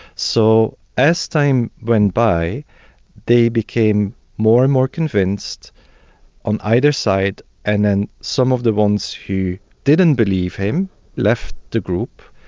so as time went by they became more and more convinced on either side and then some of the ones who didn't believe him left the group,